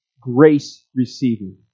grace-receiving